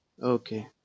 Okay